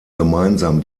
gemeinsam